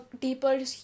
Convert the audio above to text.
deeper